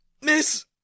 Miss